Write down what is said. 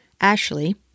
Ashley